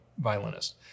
violinist